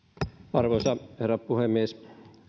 arvoisa herra puhemies